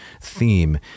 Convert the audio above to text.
theme